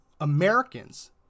Americans